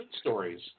stories